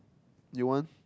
you want